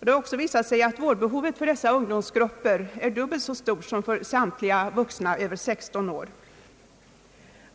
Det har också visat sig att vårdbehovet för dessa ungdomsgrupper är dubbelt så stort som för samtliga vuxna över 16 år.